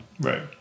Right